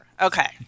okay